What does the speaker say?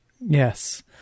Yes